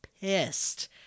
pissed